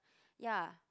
ya